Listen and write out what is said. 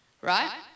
Right